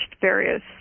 various